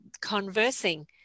conversing